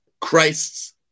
Christ's